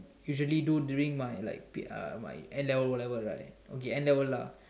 usually do during my like P uh my N-level O-level right okay N-level lah